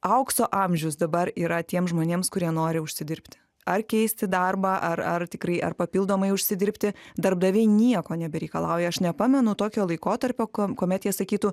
aukso amžius dabar yra tiems žmonėms kurie nori užsidirbti ar keisti darbą ar ar tikrai ar papildomai užsidirbti darbdaviai nieko nebereikalauja aš nepamenu tokio laikotarpio kuomet jie sakytų